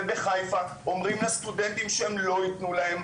ובחיפה אומרים לסטודנטים שהם לא יתנו להם.